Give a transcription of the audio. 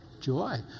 Joy